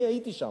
אני הייתי שם.